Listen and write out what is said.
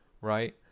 right